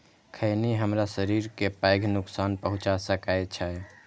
खैनी हमरा शरीर कें पैघ नुकसान पहुंचा सकै छै